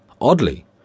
Oddly